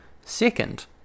Second